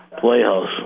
Playhouse